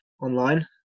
online